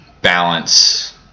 balance